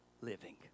living